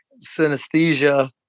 synesthesia